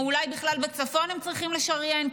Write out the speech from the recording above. או אולי הם בכלל צריכים לשריין בצפון,